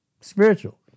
Spiritual